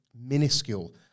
minuscule